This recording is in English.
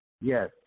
Yes